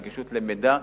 נגישות למידע,